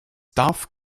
darf